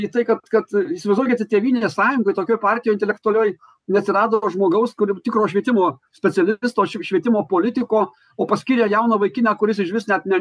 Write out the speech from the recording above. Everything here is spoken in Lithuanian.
į tai kad kad įsivaizduokite tėvynės sąjungoj tokioj partijoj intelektualioj neatsirado žmogaus kuriam tikro švietimo specialisto ši švietimo politiko o paskyrė jauną vaikiną kuris išvis net ne